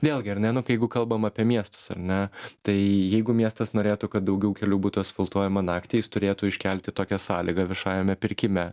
vėlgi ar ne nu k jeigu kalbam apie miestus ar ne tai jeigu miestas norėtų kad daugiau kelių būtų asfaltuojama naktį jis turėtų iškelti tokią sąlygą viešajame pirkime